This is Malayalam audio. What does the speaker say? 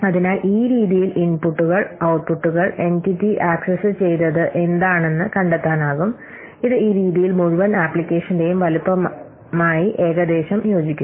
അതിനാൽ ഈ രീതിയിൽ ഇൻപുട്ടുകൾ ഔട്ട്പുട്ടുകൾ എന്റിറ്റി ആക്സസ്സുചെയ്തത് എന്താണെന്ന് കണ്ടെത്താനാകും ഇത് ഈ രീതിയിൽ മുഴുവൻ ആപ്ലിക്കേഷന്റെയും വലുപ്പവുമായി ഏകദേശം യോജിക്കുന്നു